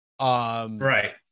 Right